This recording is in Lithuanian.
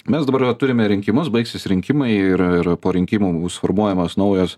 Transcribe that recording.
mes dabar va turime rinkimus baigsis rinkimai ir ir po rinkimų bus formuojamos naujos